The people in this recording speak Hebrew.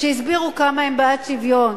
שהסבירו כמה הם בעד שוויון,